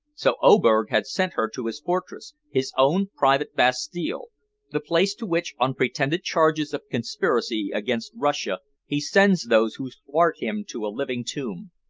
so oberg had sent her to his fortress his own private bastille the place to which, on pretended charges of conspiracy against russia, he sends those who thwart him to a living tomb.